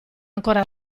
ancora